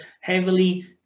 heavily